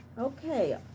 Okay